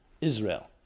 Israel